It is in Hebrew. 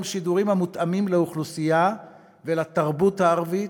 שידורים המותאמים לאוכלוסייה ולתרבות הערבית,